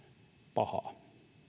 pahaa